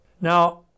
Now